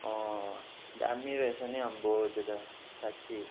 दामी रहेछ नि अम्बो त्यो त साँच्चै